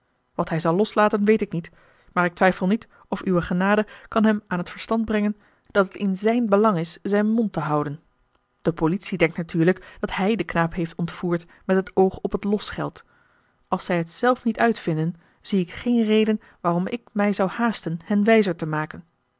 wat hij zal loslaten weet ik niet maar ik twijfel niet of uwe genade kan hem aan het verstand brengen dat het in zijn belang is zijn mond te houden de politie denkt natuurlijk dat hij den knaap heeft ontvoerd met het oog op het losgeld als zij het zelf niet uitvinden zie ik geen reden waarom ik mij zou haasten hen wijzer te maken